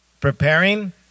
preparing